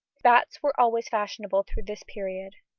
spats were always fashionable through this period.